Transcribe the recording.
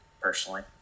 personally